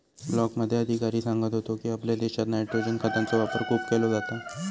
ब्लॉकमध्ये अधिकारी सांगत होतो की, आपल्या देशात नायट्रोजन खतांचो वापर खूप केलो जाता